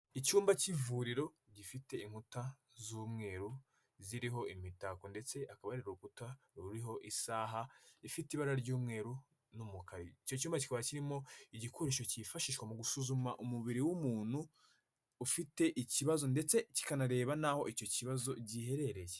Icyumba cy'ivuriro gifite inkuta z'umweru ziriho imitako ndetse hakaba hari k'urukuta ruriho isaha ifite ibara ry'umweru n'umukara, icyo cyumba kikaba kirimo igikoresho cyifashishwa mu gusuzuma umubiri w'umuntu ufite ikibazo ndetse kikanareba n'aho icyo kibazo giherereye.